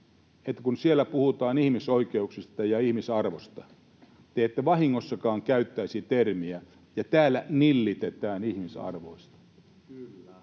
kun siellä puhutaan ihmisoikeuksista ja ihmisarvosta, te ette vahingossakaan käyttäisi termiä ”ja täällä nillitetään ihmisarvoista”.